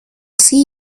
see